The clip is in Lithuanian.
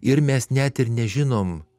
ir mes net ir nežinom